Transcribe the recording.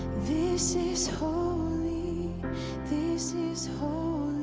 this is holy this is holy